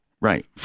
Right